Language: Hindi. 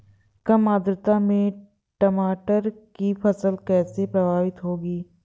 कम आर्द्रता में टमाटर की फसल कैसे प्रभावित होगी?